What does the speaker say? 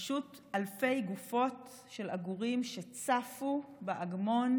פשוט אלפי גופות של עגורים שצפו באגמון